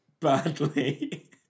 badly